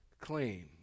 clean